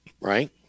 Right